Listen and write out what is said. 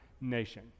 nation